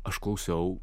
aš klausiau